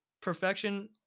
Perfection